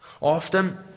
Often